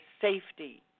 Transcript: safety